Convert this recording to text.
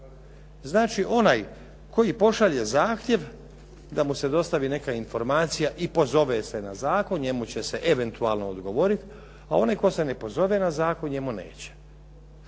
Znači onaj koji pošalje zahtjev da mu se dostavi neka informacija i pozove se na zakon, njemu će se eventualno odgovoriti, a onaj tko se ne pozove na zakon njemu neće.